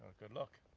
good luck.